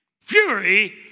fury